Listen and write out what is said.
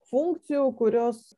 funkcijų kurios